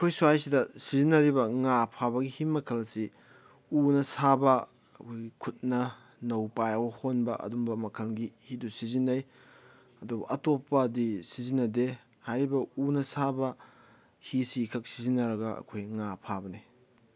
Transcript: ꯑꯩꯈꯣꯏ ꯁ꯭ꯋꯥꯏꯁꯤꯗ ꯁꯤꯖꯤꯟꯅꯔꯤꯕ ꯉꯥ ꯐꯕꯒꯤ ꯍꯤ ꯃꯈꯜꯁꯤ ꯎꯅ ꯁꯥꯕ ꯑꯩꯈꯣꯏꯒꯤ ꯈꯨꯠꯅ ꯅꯧ ꯄꯥꯏꯔꯒ ꯍꯣꯟꯕ ꯑꯗꯨꯝꯕ ꯃꯈꯜꯒꯤ ꯍꯤꯗꯨ ꯁꯤꯖꯤꯟꯅꯩ ꯑꯗꯨꯕꯨ ꯑꯇꯣꯞꯄꯗꯤ ꯁꯤꯖꯤꯟꯅꯗꯦ ꯍꯥꯏꯔꯤꯕ ꯎꯅ ꯁꯥꯕ ꯍꯤꯁꯤ ꯈꯛ ꯁꯤꯖꯤꯟꯅꯔꯒ ꯑꯩꯈꯣꯏ ꯉꯥ ꯐꯕꯅꯤ